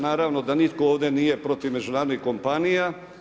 Naravno da nitko ovdje nije protiv međunarodnih kompanija.